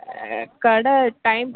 கடை டைம்